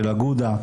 של אגודה,